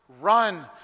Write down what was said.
Run